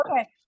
okay